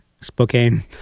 Spokane